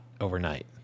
overnight